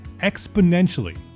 exponentially